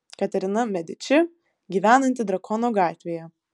katerina mediči gyvenanti drakono gatvėje